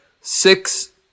six